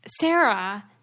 Sarah